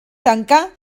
tancar